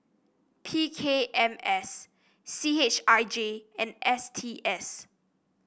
P K M S C H I J and S T S